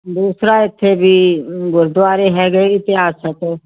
ਦੂਸਰਾ ਇੱਥੇ ਵੀ ਗੁਰਦੁਆਰੇ ਹੈਗੇ ਇਤਿਹਾਸਕ